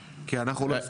אני לא מבינה למה.